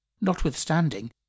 notwithstanding